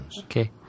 Okay